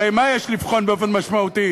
הרי מה יש לבחון באופן משמעותי?